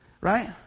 right